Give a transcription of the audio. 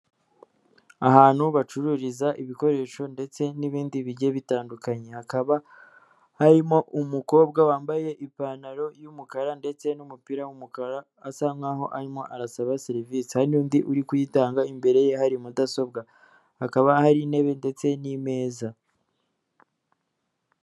Ahantu bacururiza ibikoresho ndetse n'ibindi bigiye bitandukanye. Hakaba harimo umukobwa wambaye ipantaro y'umukara ndetse n'umupira w'umukara asa nkaho arimo arasaba serivisi. Hari n'undi uri kuyitanga imbere ye hari mudasobwa. Hakaba hari intebe ndetse n'imeza.